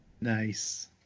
Nice